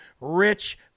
rich